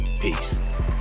Peace